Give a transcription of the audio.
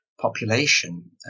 population